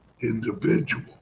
individual